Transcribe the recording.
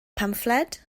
pamffled